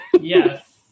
Yes